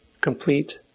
complete